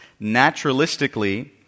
naturalistically